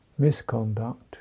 Misconduct